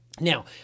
Now